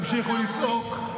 אתם תמשיכו לצעוק,